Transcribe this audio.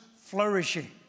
flourishing